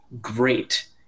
great